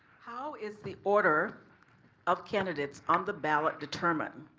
how is the order of candidates on the ballot determined?